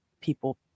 people